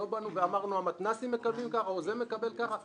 לא אמרנו שהמתנ"סים מקבלים כך וכך או מישהו אחר מקבל כך וכך.